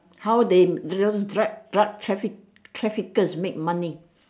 how they those drug drug traffic traffickers make money